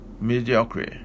mediocre